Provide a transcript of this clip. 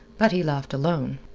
but he laughed alone.